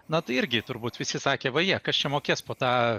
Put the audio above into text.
na tai irgi turbūt visi sakė vaje kas čia mokės po tą